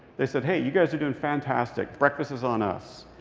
they said, hey, you guys are doing fantastic. breakfast is on us.